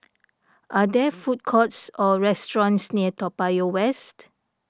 are there food courts or restaurants near Toa Payoh West